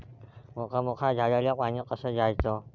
मोठ्या मोठ्या झाडांले पानी कस द्याचं?